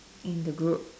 in the group